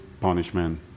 punishment